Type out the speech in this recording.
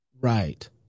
Right